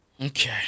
okay